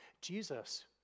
Jesus